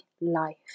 life